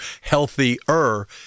Healthier